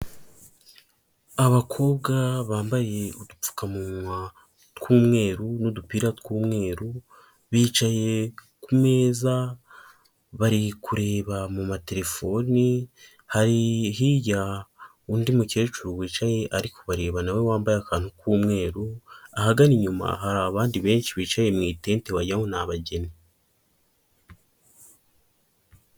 Abakobwa bambaye udupfukamunwa tw'umweru n'udupira tw'umweru, bicaye ku meza bari kureba mu matelefoni, hari hirya undi mukecuru wicaye ari ku bareba nawe wambaye akantu k'umweru, ahagana inyuma hari abandi benshi bicaye mu itente wagira ngo ni abageni.